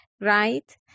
right